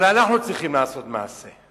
אבל אנחנו צריכים לעשות מעשה.